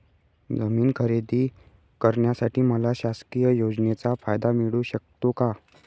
जमीन खरेदी करण्यासाठी मला शासकीय योजनेचा फायदा मिळू शकतो का?